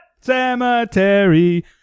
cemetery